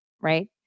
right